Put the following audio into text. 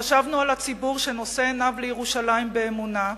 חשבנו על הציבור שנושא עיניו לירושלים באמונה,